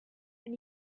and